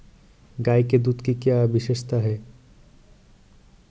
गाय के दूध की क्या विशेषता है?